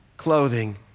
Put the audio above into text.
clothing